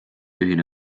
ühine